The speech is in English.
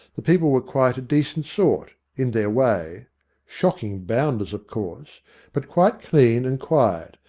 the people were quite a decent sort, in their way shocking bounders, of course but quite clean and quiet,